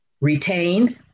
retain